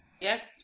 yes